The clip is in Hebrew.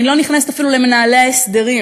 אני לא נכנסת אפילו למנהלי ההסדרים,